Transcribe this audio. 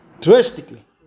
Drastically